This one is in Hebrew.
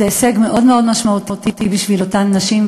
זה הישג מאוד מאוד משמעותי בשביל אותן נשים,